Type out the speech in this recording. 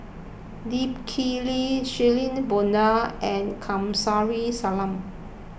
Lee Kip Lee Shirin Fozdar and Kamsari Salam